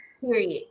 period